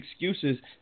excuses